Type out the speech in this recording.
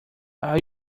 are